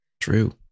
True